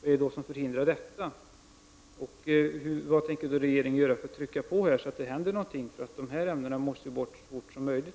Vad är det som hindrar detta? Vad tänker regeringen göra för att trycka på, så att det händer någonting? Dessa ämnen måste ju bort så fort som möjligt.